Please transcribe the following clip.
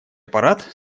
аппарат